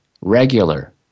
regular